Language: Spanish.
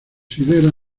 caracteres